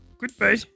goodbye